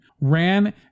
ran